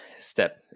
step